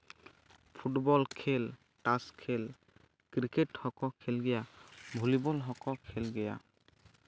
football ᱠᱷᱮᱞ ᱛᱟᱥ ᱠᱷᱮᱞ ᱠᱨᱤᱠᱮᱴ ᱦᱚᱸᱠᱚ ᱠᱷᱮᱞ ᱜᱮᱭᱟ ᱵᱷᱚᱞᱤᱵᱚᱞ ᱦᱚᱸᱠᱚ ᱠᱷᱮᱞ ᱜᱮᱭᱟ